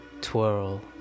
Twirl